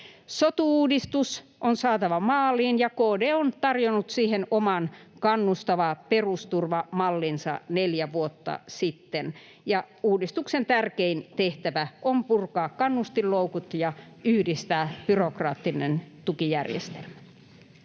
Sotu-uudistus on saatava maaliin, ja KD on tarjonnut siihen oman kannustava perusturva ‑mallinsa neljä vuotta sitten. Uudistuksen tärkein tehtävä on purkaa kannustinloukut ja yhdistää byrokraattinen tukijärjestelmä.